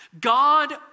God